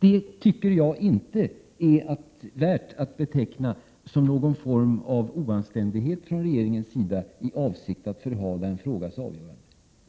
Jag tycker inte att det är värt att beteckna som någon form av oanständighet från regeringen med avsikt att förhala en frågas avgörande.